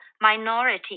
minority